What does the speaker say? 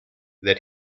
that